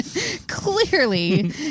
Clearly